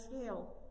scale